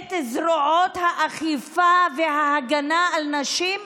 את זרועות האכיפה וההגנה על נשים שאני,